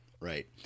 right